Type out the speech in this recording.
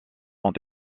ont